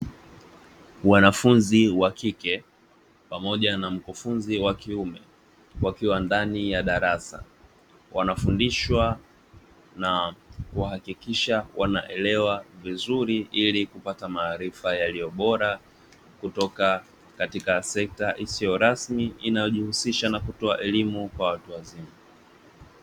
Wanafunzi wa kike pamoja na mkufunzi wa kiume wakiwa ndani ya darasa, wanafundishwa na kuhakikisha wanaelewa vizuri ili kupata maarifa yaliyo bora kutoka katika sekta isiyo rasmi inayojihusisha na kutoa elimu kwa watu wazima.